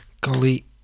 Golly